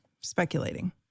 speculating